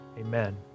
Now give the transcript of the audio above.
amen